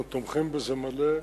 אנחנו תומכים בזה, מלא,